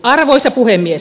arvoisa puhemies